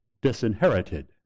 disinherited